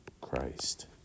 Christ